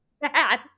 bad